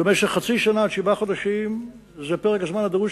ולמשך חצי שנה עד שבעה חודשים שזה פרק הזמן הדרוש